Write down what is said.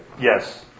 Yes